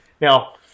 Now